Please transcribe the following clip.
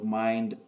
mind